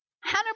Hannah